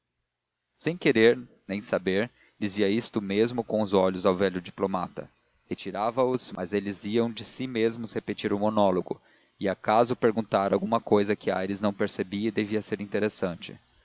sem querer nem saber dizia isto mesmo com os olhos ao velho diplomata retirava os mas eles iam de si mesmos repetir o monólogo e acaso perguntar alguma cousa que aires não percebia e devia ser interessante